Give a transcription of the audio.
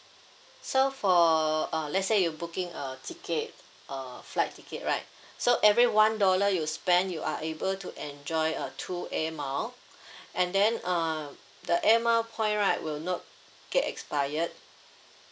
so for err let's say you booking uh tickets uh flight ticket right so every one dollar you spend you are able to enjoy uh two air mile and then um the air mile point right will not get expired